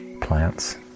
plants